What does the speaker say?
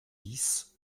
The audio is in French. dix